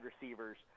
receivers